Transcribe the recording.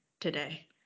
today